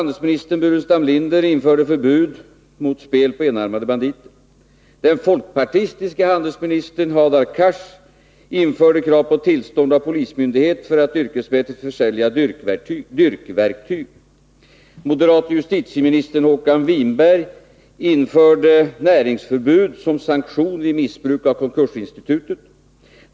Den folkpartistiske handelsministern Hadar Cars införde krav på tillstånd av polismyndighet för att yrkesmässig försäljning av dyrkverktyg skulle få ske.